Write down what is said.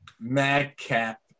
Madcap